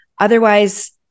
Otherwise